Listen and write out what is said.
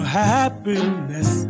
happiness